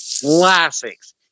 Classics